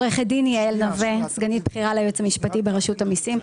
רשות המיסים.